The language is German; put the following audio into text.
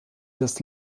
das